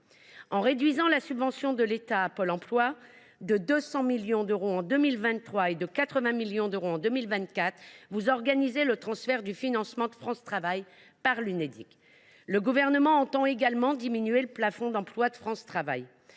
En réduisant la subvention de l’État à Pôle emploi de 200 millions d’euros en 2023 et de 80 millions d’euros en 2024, vous organisez le transfert du financement de France Travail à l’Unédic. Le Gouvernement entend également diminuer le plafond d’emplois de France Travail.